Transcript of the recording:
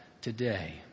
today